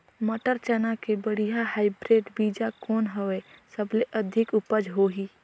मटर, चना के बढ़िया हाईब्रिड बीजा कौन हवय? सबले अधिक उपज होही?